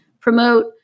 Promote